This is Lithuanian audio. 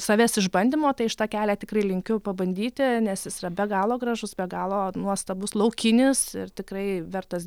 savęs išbandymo tai aš tą kelią tikrai linkiu pabandyti nes jis yra be galo gražus be galo nuostabus laukinis ir tikrai vertas